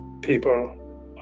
people